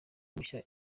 mushya